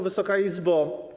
Wysoka Izbo!